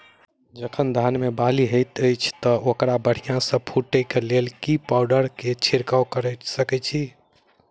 जखन धान मे बाली हएत अछि तऽ ओकरा बढ़िया सँ फूटै केँ लेल केँ पावडर केँ छिरकाव करऽ छी?